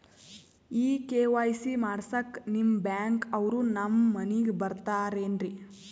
ಈ ಕೆ.ವೈ.ಸಿ ಮಾಡಸಕ್ಕ ನಿಮ ಬ್ಯಾಂಕ ಅವ್ರು ನಮ್ ಮನಿಗ ಬರತಾರೆನ್ರಿ?